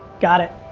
got it.